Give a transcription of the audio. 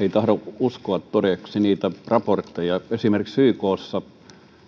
ei tahdo uskoa todeksi niitä raportteja joissa esimerkiksi ykn mukaan